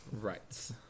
right